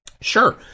Sure